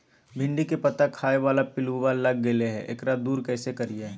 भिंडी के पत्ता खाए बाला पिलुवा लग गेलै हैं, एकरा दूर कैसे करियय?